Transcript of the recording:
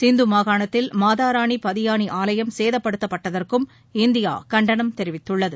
சிந்து மாகாணத்தில் மாதா ராணி பதியானி ஆலயம் சேதப்படுத்தப்பட்டதற்கும் இந்தியா கண்டனம் தெரிவித்துள்ளது